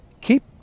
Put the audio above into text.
keep